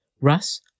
Russ